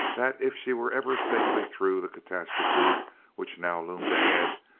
that if she were ever safely through the catastrophe which now loomed ahead,